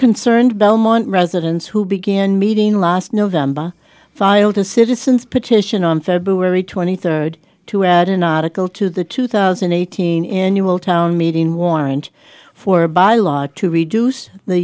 concerned belmont residents who began meeting last november filed a citizens petition on february twenty third to add an article to the two thousand and eighteen annual town meeting warrant for bylaws to reduce the